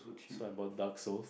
so I bought dark souls